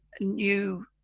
new